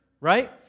right